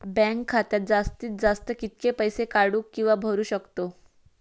Bank खात्यात जास्तीत जास्त कितके पैसे काढू किव्हा भरू शकतो?